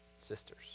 sisters